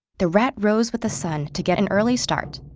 the rat rose with the sun to get an early start,